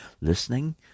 listening